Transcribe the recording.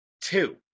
two